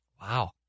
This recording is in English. Wow